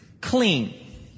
clean